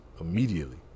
immediately